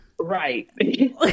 Right